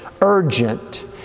Urgent